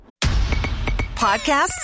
Podcasts